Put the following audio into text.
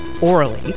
orally